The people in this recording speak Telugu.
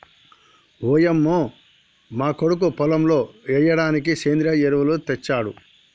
ఓయంమో మా కొడుకు పొలంలో ఎయ్యిడానికి సెంద్రియ ఎరువులు తెచ్చాడు